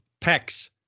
PEX